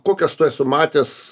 kokias tu esu matęs